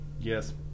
Yes